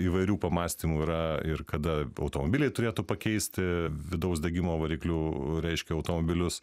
įvairių pamąstymų yra ir kada automobiliai turėtų pakeisti vidaus degimo variklių reiškia automobilius